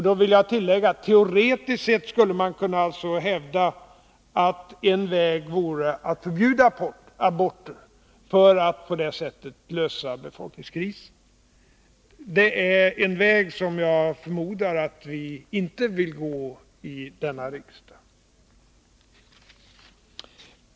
Då vill jag tillägga: Teoretiskt sett skulle man alltså kunna hävda att en väg för att lösa befolkningskrisen vore att förbjuda aborter. Det är en väg som jag förmodar att vi inte vill gå i denna riksdag.